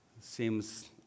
seems